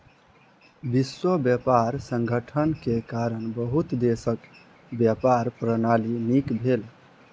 विश्व व्यापार संगठन के कारण बहुत देशक व्यापार प्रणाली नीक भेल